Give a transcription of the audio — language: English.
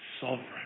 sovereign